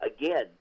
again